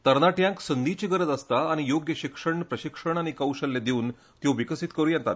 तणाट्यांक संदीची गरज आसता आनी योग्य शिक्षण प्रशिक्षण आनी कुशळटाय दिवन त्यो विकसीत करूं येता